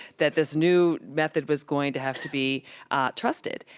that this new method was going to have to be trusted.